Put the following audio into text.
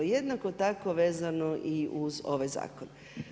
Jednako tako vezano i uz ovaj zakon.